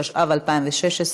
התשע"ו 2016,